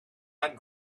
not